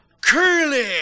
Curly